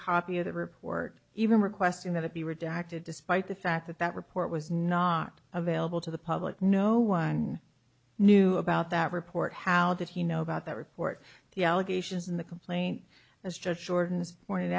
copy of the report even requesting that it be redacted despite the fact that that report was not available to the public no one knew about that report how did he know about that report the allegations in the complaint as judge jordan's pointed